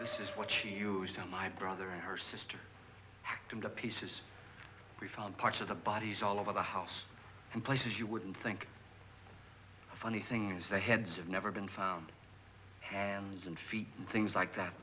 this is what you used to my brother and her sister packed into pieces we found parts of the bodies all over the house and places you wouldn't think the funny thing is their heads have never been found hands and feet and things like that